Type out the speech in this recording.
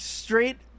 straight